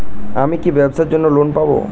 আমি কি ব্যবসার জন্য লোন পাব?